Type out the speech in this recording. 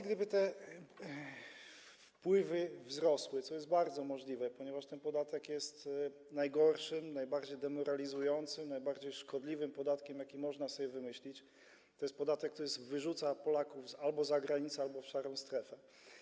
Gdyby te wpływy wzrosły, co jest bardzo możliwe, ponieważ ten podatek jest najgorszym, najbardziej demoralizującym, najbardziej szkodliwym podatkiem, jaki można sobie wymyślić, to jest podatek, który wyrzuca Polaków albo za granicę, albo w szarą strefę.